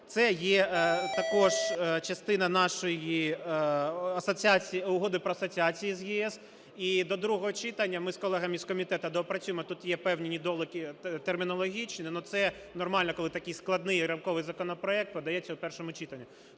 Це є також частина нашої Угоди про асоціацію з ЄС. І до другого читання ми з колегами з комітету доопрацюємо, тут є певні недоліки термінологічні. Ну, це нормально, коли такий складний рамковий законопроект подається в першому читанні.